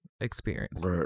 experience